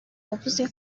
yavuze